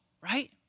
right